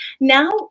now